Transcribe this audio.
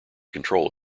control